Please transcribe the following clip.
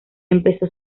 empezó